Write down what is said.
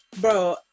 Bro